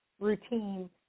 routine